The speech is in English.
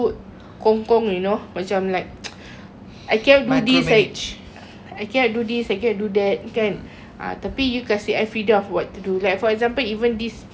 I cannot do this I cannot do this I cannot do that kan ha tapi you kasih I freedom of what to do like for example even this uh recording screen ke apa ke